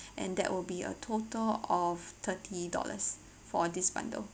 and that will be a total of thirty dollars for this bundle